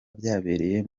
byabereye